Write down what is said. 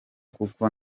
kuko